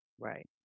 right